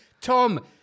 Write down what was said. Tom